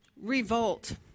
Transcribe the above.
Revolt